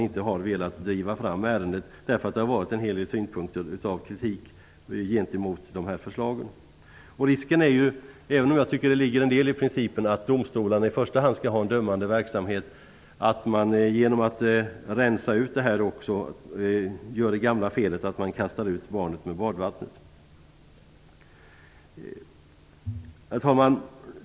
Det har framförts en hel del kritiska synpunkter mot förslagen, och man har därför inte velat driva fram ärendet. Även om jag tycker att det ligger en del i principen att domstolarna i första hand skall bedriva dömande verksamhet, finns det en risk för att man genom att rensa upp på detta område gör det gamla felet att kasta ut barnet med badvattnet. Herr talman!